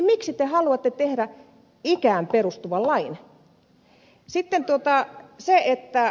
miksi te haluatte tehdä ikään perustuvan lain